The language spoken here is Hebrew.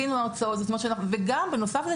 בנוסף לכך,